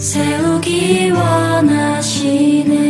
세우기 원하시는